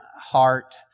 heart